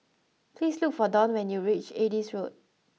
please look for Donn when you reach Adis Road